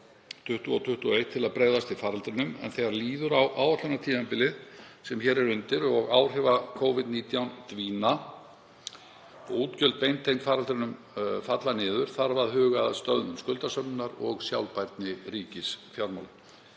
ár til að bregðast við faraldrinum en þegar líður á áætlunartímabilið sem hér er undir og áhrif Covid-19 dvína og útgjöld beintengd faraldrinum falla niður þarf að huga að stöðvun skuldasöfnunar og sjálfbærni ríkisfjármála.